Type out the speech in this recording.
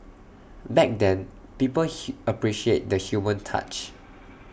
back then people appreciated the human touch